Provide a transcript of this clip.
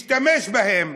משתמש בהם,